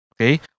Okay